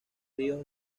ríos